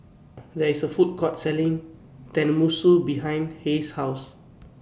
There IS A Food Court Selling Tenmusu behind Hayes' House